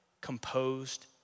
composed